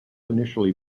initially